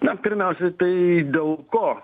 na pirmiausiai tai dėl ko